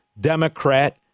Democrat